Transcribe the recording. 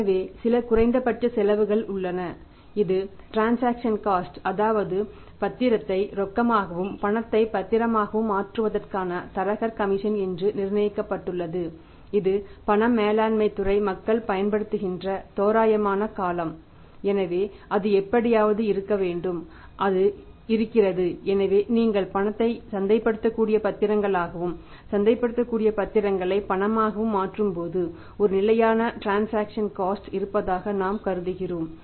எனவே சில குறைந்தபட்ச செலவுகள் உள்ளன இது டிரன்சாக்சன் காஸ்ட் இருப்பதாக நாம் கருதுகிறோம்